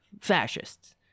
fascists